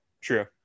True